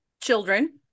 children